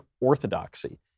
orthodoxy